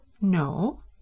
No